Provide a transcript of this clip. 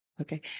okay